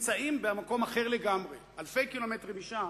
נמצאים במקום אחר לגמרי, אלפי קילומטרים משם,